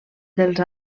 dels